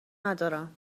ندارم